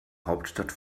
hauptstadt